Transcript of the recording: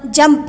jump